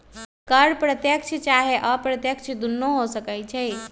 कर प्रत्यक्ष चाहे अप्रत्यक्ष दुन्नो हो सकइ छइ